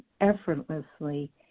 effortlessly